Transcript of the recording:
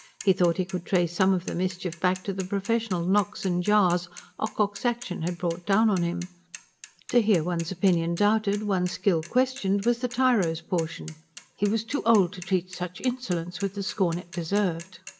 he thought he could trace some of the mischief back to the professional knocks and jars ocock's action had brought down on him to hear one's opinion doubted, one's skill questioned, was the tyro's portion he was too old to treat such insolence with the scorn it deserved.